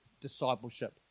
discipleship